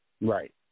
Right